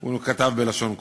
הוא כתב בלשון הקודש.